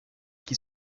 qui